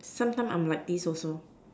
sometime I'm like this also